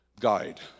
guide